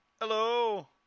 Hello